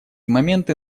моменты